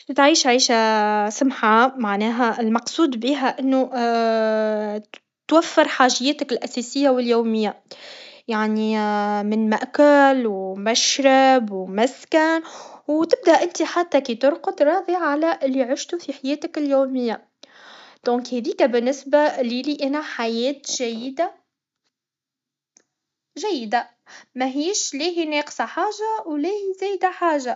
باش تعيش حياة سمحه معناها المقصود بيها انو انك توفر حاجياتك الاساسيه و اليوميه يعني من ماكل و مشرب و مسكن و تبدا انتي حتى كي ترقد راضي عللا لي عشتو في حياتك اليوميه دونك هاذيكا بالنسيه لي انا حياة جيده جبده مهيش لاهي ناقصه حاجه ولا هي زايده حاجه